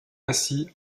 ainsi